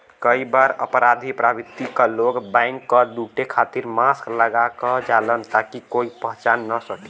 कई बार अपराधी प्रवृत्ति क लोग बैंक क लुटे खातिर मास्क लगा क जालन ताकि कोई पहचान न सके